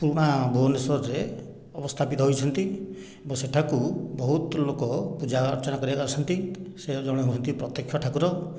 ପୁରୁଣା ଭୁବନେଶ୍ୱରରେ ଅବସ୍ଥାପିତ ହୋଇଛନ୍ତି ଏବଂ ସେଠାକୁ ବହୁତ ଲୋକ ପୂଜା ଅର୍ଚ୍ଚନା କରିବାକୁ ଆସନ୍ତି ସେ ଜଣେ ହୁଅନ୍ତି ପ୍ରତ୍ୟକ୍ଷ ଠାକୁର